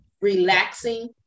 relaxing